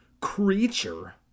creature